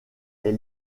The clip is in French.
est